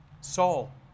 Saul